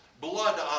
blood